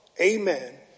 amen